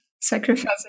Sacrificing